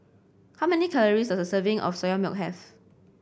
how many calories does a serving of Soya Milk have